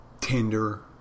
Tinder